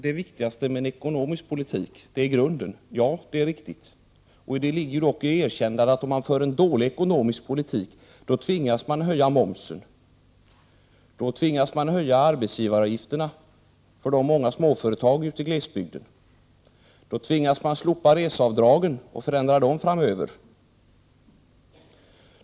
Det viktigaste med en ekonomisk politik är grunden. Ja, det är riktigt, Marianne Stålberg. I det ligger också erkännandet att om man för en dålig ekonomisk politik, då tvingas man höja momsen. Då tvingas man höja arbetsgivaravgifterna för de många småföretagen ute i glesbygden. Då tvingas man slopa reseavdragen och förändra dem framöver.